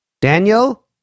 Daniel